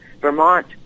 Vermont